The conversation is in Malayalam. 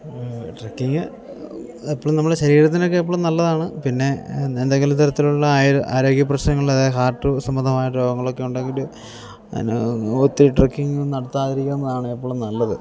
ട്രക്കിങ് എപ്പോഴും നമ്മളെ ശരീരത്തിനൊക്കെ എപ്പോഴും നല്ലതാണ് പിന്നെ എന്തെങ്കിലും തരത്തിലുള്ള ആരോഗ്യ പ്രശ്നങ്ങൾ അല്ലെങ്കിൽ ഹാർട്ട് സംബന്ധമായ രോഗങ്ങളൊക്കെ ഉണ്ടെങ്കിൽ എന്നാ ഒത്തിരി ട്രക്കിങ് നടത്താതിരിക്കുന്നതാണ് എപ്പോഴും നല്ലത്